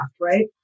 right